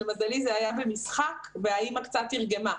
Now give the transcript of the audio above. למזלי זה היה במשחק והאמא קצת תרגמה,